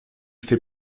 fait